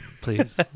please